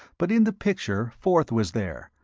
but in the picture forth was there,